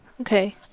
Okay